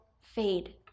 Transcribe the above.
fade